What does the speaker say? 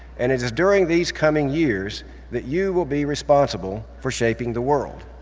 and it is during these coming years that you will be responsible for shaping the world.